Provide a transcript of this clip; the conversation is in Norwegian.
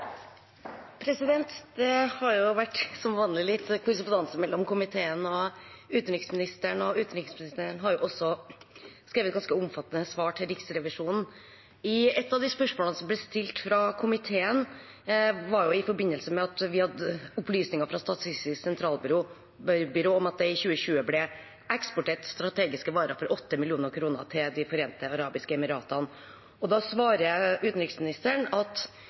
utenriksministeren, og utenriksministeren har også skrevet ganske omfattende svar til Riksrevisjonen. Ett av spørsmålene som ble stilt fra komiteen, var i forbindelse med at vi hadde opplysninger fra Statistisk sentralbyrå om at det i 2020 ble eksportert strategiske varer for 8 mill. kr til De forente arabiske emirater. Da svarte utenriksministeren: «Dette systemet er utviklet for toll- og